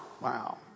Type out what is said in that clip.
Wow